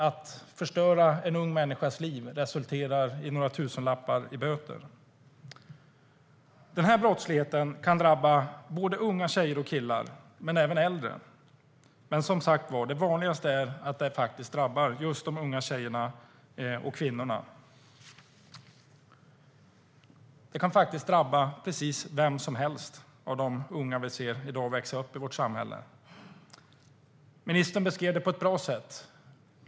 Att förstöra en ung människas liv och det sedan resulterar i några tusenlappar i böter är inte rimligt. Den här brottsligheten kan drabba unga tjejer och killar men även äldre. Det vanligaste är att den drabbar de unga tjejerna och kvinnorna, men den kan drabba precis vilken ung människa som helst som växer upp i vårt samhälle i dag. Ministern beskrev det hela på ett bra sätt.